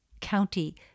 county